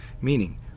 meaning